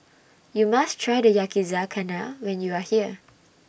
YOU must Try The Yakizakana when YOU Are here